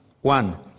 one